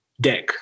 deck